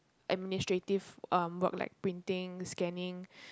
administrative um work like printing scanning